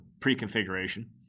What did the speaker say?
pre-configuration